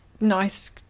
nice